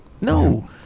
No